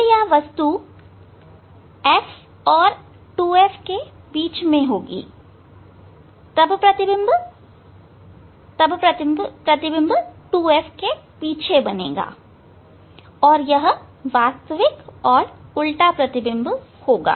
जब यह वस्तु F और 2F के बीच में होगी तब यह प्रतिबिंब 2F पीछे बनेगा और यह वास्तविक और उल्टा होगा